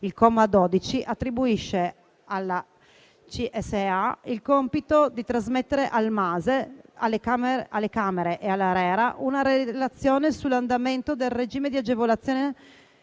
Il comma 12 attribuisce alla CSEA il compito di trasmettere al MASE, alle Camere e all'ARERA una relazione sull'andamento del regime di agevolazione